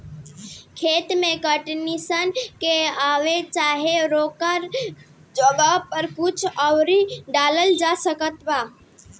खेत मे कीटनाशक के अलावे चाहे ओकरा जगह पर कुछ आउर डालल जा सकत बा?